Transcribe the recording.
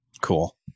Cool